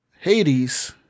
Hades